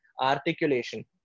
articulation